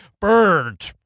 bird